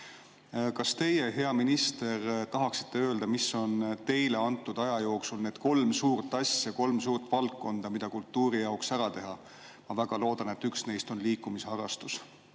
Kas teie, hea minister, tahaksite öelda, mis võiksid olla teile antud aja jooksul need kolm suurt asja, kolm suurt valdkonda, mida kultuuri jaoks ära teha? Ma väga loodan, et üks neist on liikumisharrastus.